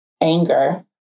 anger